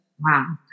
Wow